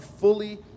fully